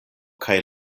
kaj